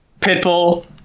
Pitbull